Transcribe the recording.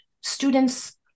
students